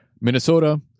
Minnesota